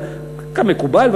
כמקובל,